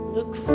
Look